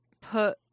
put